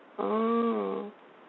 oh